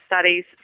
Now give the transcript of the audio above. studies